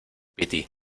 piti